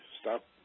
Stop